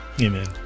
Amen